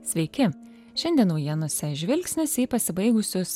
sveiki šiandien naujienose žvilgsnis į pasibaigusius